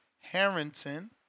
Harrington